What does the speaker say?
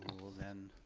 will then